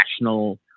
national